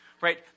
right